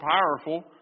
powerful